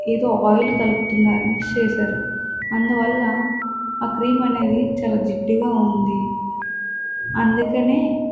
ఏదో ఆయిల్ కలుపుతున్నారు మిక్స్ చేశారు అందువల్ల ఆ క్రీమ్ అనేది చాలా జిడ్డుగా ఉంది అందుకనే